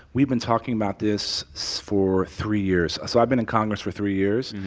we've been talking about this so for three years. so i've been in congress for three years.